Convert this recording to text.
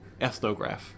Ethnograph